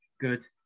good